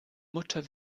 mutter